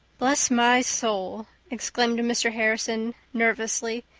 bless my soul, exclaimed mr. harrison nervously,